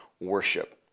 worship